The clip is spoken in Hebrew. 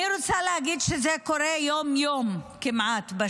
אני רוצה להגיד שזה קורה כמעט יום-יום בשטחים.